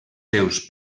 seus